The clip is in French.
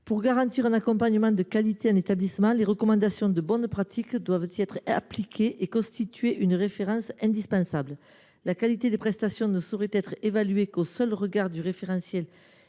soit garanti un accompagnement de qualité en établissement, les recommandations de bonnes pratiques doivent y être appliquées et constituer une référence indispensable. La qualité des prestations ne saurait être évaluée seulement au regard du référentiel